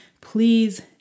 please